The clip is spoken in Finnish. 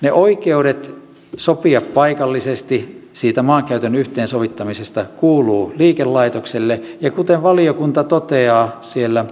ne oikeudet sopia paikallisesti siitä maankäytön yhteensovittamisesta kuuluvat liikelaitokselle ja kuten valiokunta toteaa siellä